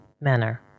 manner